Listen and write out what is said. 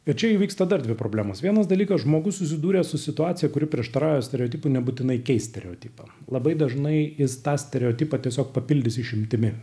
kad čia įvyksta dar dvi problemos vienas dalykas žmogus susidūręs su situacija kuri prieštarauja stereotipų nebūtinai keis stereotipą labai dažnai jis tą stereotipą tiesiog papildys išimtimi